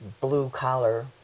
blue-collar